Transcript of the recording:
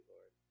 Lord